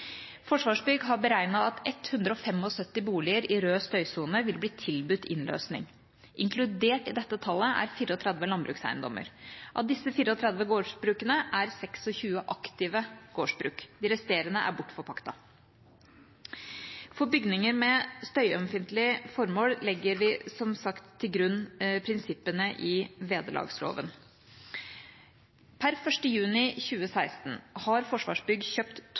Forsvarsbygg har beregnet at 175 boliger i rød støysone vil bli tilbudt innløsning. Inkludert i dette tallet er 34 landbrukseiendommer. Av disse 34 gårdsbrukene er 26 aktive gårdsbruk. De resterende er bortforpaktet. For bygninger med støyømfintlig formål legger vi som sagt til grunn prinsippene i vederlagsloven. Per 1. juni 2016 har Forsvarsbygg kjøpt